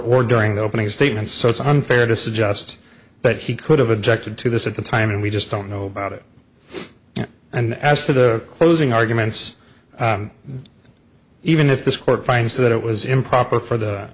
or during the opening statements so it's unfair to suggest that he could have objected to this at the time and we just don't know about it and as to the closing arguments even if this court finds that it was improper for the